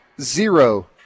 zero